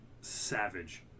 savage